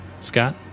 scott